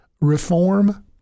reform